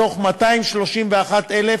מתוך 231,000